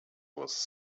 was